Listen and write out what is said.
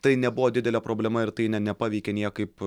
tai nebuvo didelė problema ir tai ne nepaveikė niekaip